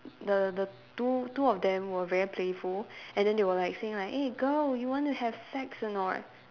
the the two two of them were very playful and then they were like saying like eh girl you want to have sex or not